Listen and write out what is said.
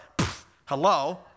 hello